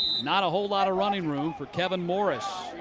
not a whole lot of running room for kechb and morris.